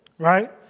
right